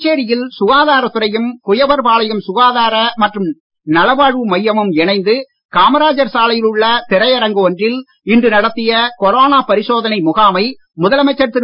புதுச்சேரியில் சுகாத்ரத் துறையும் குயவர்பாளையம் சுகாதார மற்றும் நலவாழ்வு மையமும் இணைந்து காமராஜர் சாலையில் உள்ள திரையரங்கு ஒன்றில் கொரோனா பரிசோதனை இன்று நடத்திய திரு